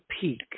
peak